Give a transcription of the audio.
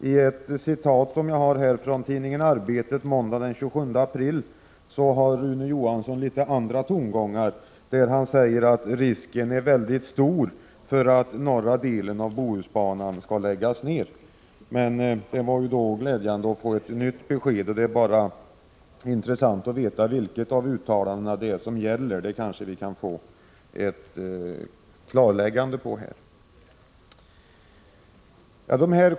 I en artikel i tidningen Arbetet den 27 april, där Rune Johansson uttalar sig, är tongångarna litet annorlunda. I artikeln säger han att risken är mycket stor för att norra delen av Bohusbanan skall läggas ned. Men det är alltså glädjande att nu få ett annat besked. Det vore bara intressant att veta vilket av uttalandena som gäller. Kanske kan vi få ett klarläggande på den punkten.